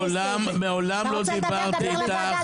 אתה רוצה לדבר דבר אל הוועדה,